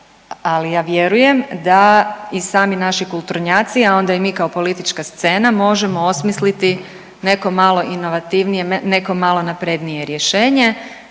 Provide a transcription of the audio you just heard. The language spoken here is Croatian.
ali ja vjerujem da i sami naši kulturnjaci, a onda i mi kao politička scena možemo osmisliti neko malo inovativnije i neko malo naprednije rješenje.